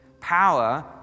power